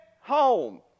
home